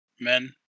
men